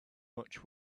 much